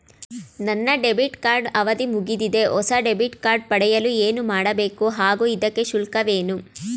ನನ್ನ debit card ಅವಧಿ ಮುಗಿದಿದೆ ಹೊಸ ಡೆಬಿಟ್ ಕಾರ್ಡ್ ಪಡೆಯಲು ಏನು ಮಾಡಬೇಕು ಹಾಗೂ ಇದಕ್ಕೆ ಶುಲ್ಕವೇನು?